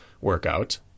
workout